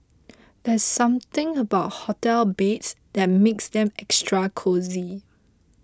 there's something about hotel beds that makes them extra cosy